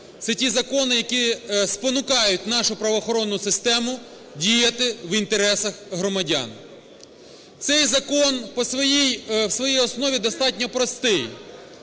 це ті закони, які спонукають нашу правоохоронну систему діяти в інтересах громадян. Цей закон по своїй, в своїй основі достатньо простий.